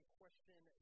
question